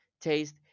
taste